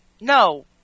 No